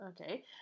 okay